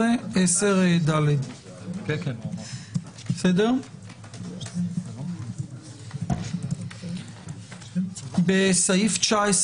15, 10ד. בסעיף 19